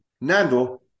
Nando